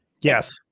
Yes